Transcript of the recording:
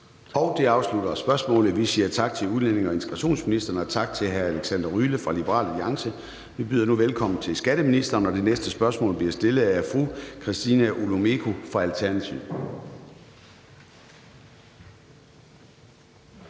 Det afslutter spørgsmålet. Vi siger tak til udlændinge- og integrationsministeren og til hr. Alexander Ryle fra Liberal Alliance. Vi byder nu velkommen til skatteministeren, og det næste spørgsmål bliver stillet af fru Christina Olumeko fra Alternativet.